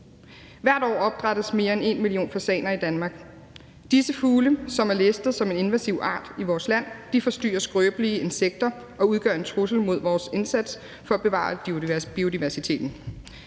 Hvert år opdrættes mere end en million fasaner i Danmark. Disse fugle, som er listet som en invasiv art i vores land, forstyrrer skrøbelige insekter og udgør en trussel mod vores indsats for at bevare biodiversiteten.